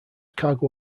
cargo